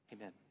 amen